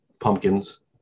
pumpkins